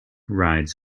rides